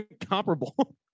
comparable